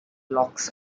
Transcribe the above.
lochs